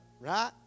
right